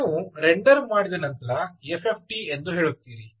ನೀವು ರೆಂಡರ್ ಮಾಡಿದ ನಂತರ ಎಫ್ಎಫ್ಟಿ ಎಂದು ಹೇಳುತ್ತೀರಿ